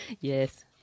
Yes